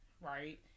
right